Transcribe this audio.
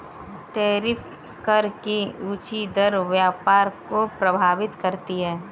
tariff कर की ऊँची दर व्यापार को प्रभावित करती है